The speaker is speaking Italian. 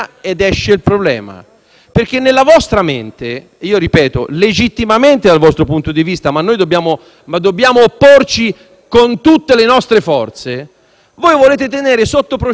perché nella vostra mente - ripeto, legittimamente dal vostro punto di vista, ma noi dobbiamo opporci con tutte le nostre forze - volete tenere sotto processo chi